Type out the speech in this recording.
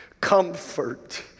comfort